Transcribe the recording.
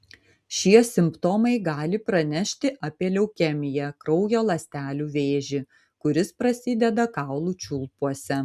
šie simptomai gali pranešti apie leukemiją kraujo ląstelių vėžį kuris prasideda kaulų čiulpuose